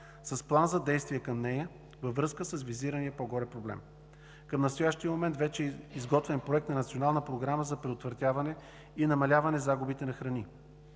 с план за действие към нея във връзка с визирания по горе проблем. Към настоящия момент е изготвен Проект на Национална програма за предотвратяване и намаляване загубите на храни.